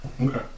Okay